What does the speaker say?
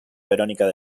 verónica